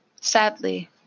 sadly